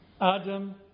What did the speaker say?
Adam